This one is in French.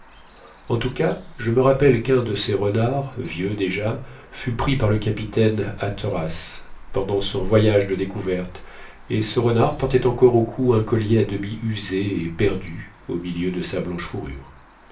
en tout cas je me rappelle qu'un de ces renards vieux déjà fut pris par le capitaine hatteras pendant son voyage de découverte et ce renard portait encore au cou un collier à demi usé et perdu au milieu de sa blanche fourrure